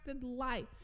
life